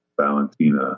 Valentina